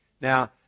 Now